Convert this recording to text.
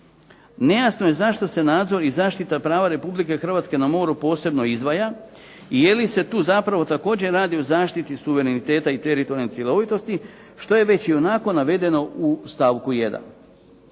Nejasno je zašto se nadzor i zaštita prava Republike Hrvatske na moru posebno izdvaja i je li se tu zapravo također radi o zaštiti suvereniteta i teritorijalne cjelovitosti, što je već i onako navedeno u stavku 1.